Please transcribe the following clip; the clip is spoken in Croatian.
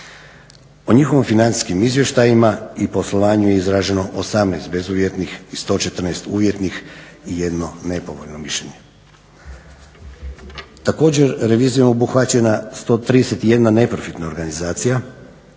O njihovim financijskim izvještajima i poslovanju je izraženo 18 bezuvjetnih i 114 uvjetnih i 1 nepovoljno mišljenje. Također revizijom je obuhvaćena 131 neprofitna organizacija,